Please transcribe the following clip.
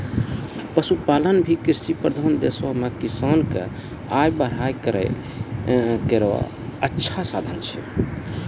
पशुपालन भी कृषि प्रधान देशो म किसान क आय बढ़ाय केरो अच्छा साधन छै